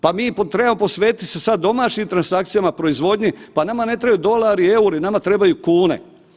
Pa mi trebamo posvetit se sad domaćim transakcijama, proizvodnji, pa nama ne trebaju dolari, EUR-i, nama trebaju kune.